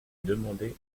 demandé